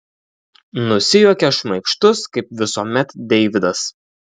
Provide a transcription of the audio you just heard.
nusijuokia šmaikštus kaip visuomet deividas